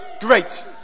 great